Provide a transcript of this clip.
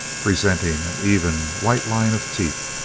presenting an even, white line of teeth.